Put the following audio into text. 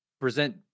present